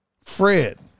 Fred